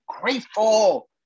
grateful